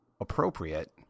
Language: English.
appropriate